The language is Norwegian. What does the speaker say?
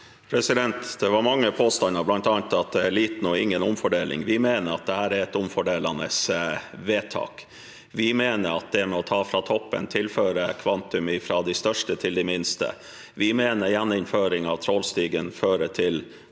Det var mange på- stander, bl.a. at det er liten og ingen omfordeling. Vi mener at dette er et omfordelende vedtak. Vi mener at å ta fra toppen tilfører kvantum fra de største til de minste. Vi mener at gjeninnføring av trålstigen fører til det